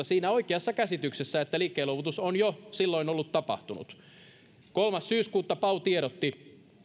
siinä oikeassa käsityksessä että liikkeenluovutus on jo tapahtunut kolmas yhdeksättä pau tiedotti